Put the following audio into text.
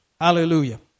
Hallelujah